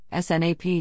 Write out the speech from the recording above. SNAP